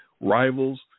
rivals